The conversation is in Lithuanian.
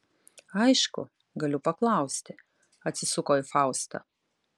aišku galiu paklausti atsisuko į faustą